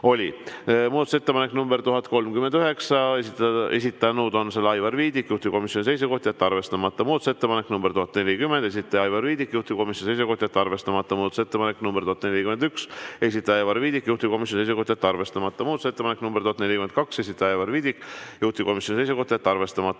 Muudatusettepanek nr 1039, esitanud on selle Aivar Viidik, juhtivkomisjoni seisukoht: jätta arvestamata. Muudatusettepanek nr 1040, esitaja Aivar Viidik, juhtivkomisjoni seisukoht: jätta arvestamata. Muudatusettepanek nr 1041, esitaja Aivar Viidik, juhtivkomisjoni seisukoht: jätta arvestamata. Muudatusettepanek nr 1042, esitaja Aivar Viidik, juhtivkomisjoni seisukoht: jätta arvestamata.